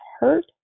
hurt